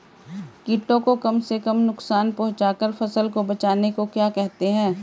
कीटों को कम से कम नुकसान पहुंचा कर फसल को बचाने को क्या कहते हैं?